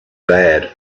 bad